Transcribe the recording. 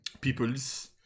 peoples